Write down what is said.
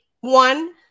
one